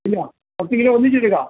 ഇല്ല പത്ത് കിലോ ഒന്നിച്ചെടുക്കാം